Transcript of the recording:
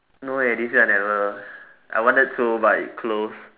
no eh this week I never I wanted to but it's closed